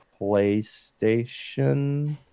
PlayStation